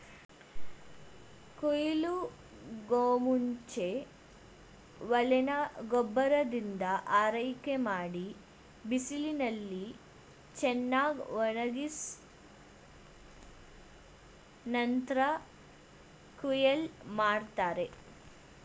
ಕುಯ್ಲಿಗೂಮುಂಚೆ ಬೆಳೆನ ಗೊಬ್ಬರದಿಂದ ಆರೈಕೆಮಾಡಿ ಬಿಸಿಲಿನಲ್ಲಿ ಚೆನ್ನಾಗ್ಒಣುಗ್ಸಿ ನಂತ್ರ ಕುಯ್ಲ್ ಮಾಡ್ತಾರೆ